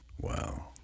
Wow